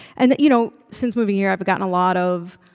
and that you know, since moving here, i've gotten a lot of,